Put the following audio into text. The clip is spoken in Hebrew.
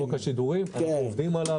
חוק השידורים, אנחנו עובדים עליו.